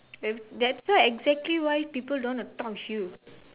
every that's why exactly why people don't want to talk with you